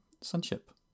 sonship